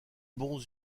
bons